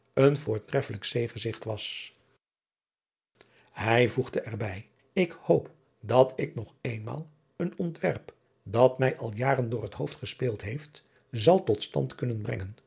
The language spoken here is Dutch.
een voortreffelijk zeegezigt was ij voegde er bij k hoop dat ik nog eenmaal een ontwerp dat mij al jaren door het hoofd gespeeld heeft zal tot stand kunnen brengen